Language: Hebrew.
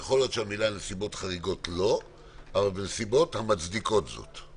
יכול להיות שלא צריך לכתוב "נסיבות חריגות" אלא "בנסיבות המצדיקות זאת".